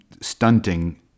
stunting